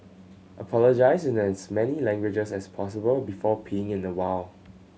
apologise in as many languages as possible before peeing in the wild